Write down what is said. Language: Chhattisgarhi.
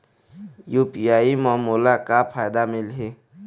यू.पी.आई म मोला का फायदा मिलही?